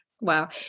Wow